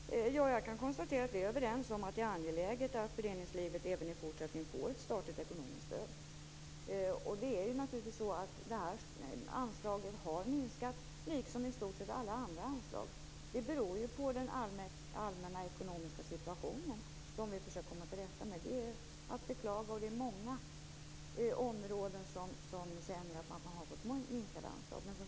Fru talman! Jag kan konstatera att vi är överens om att det är angeläget att föreningslivet även i fortsättningen får ett statligt ekonomiskt stöd. Visst har anslagen minskat, liksom i stort sett alla andra anslag. Det beror på den allmänna ekonomiska situationen, som vi försöker komma till rätta med. Att anslagen minskat är att beklaga, och det är på många områden man känner att man fått minskade anslag.